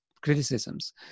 criticisms